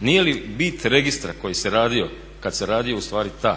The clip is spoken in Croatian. Nije li bit registra koji se radio kada se radio ustvari ta